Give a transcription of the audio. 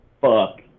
Fuck